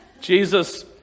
Jesus